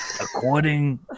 According